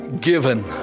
given